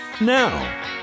now